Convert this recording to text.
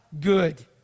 good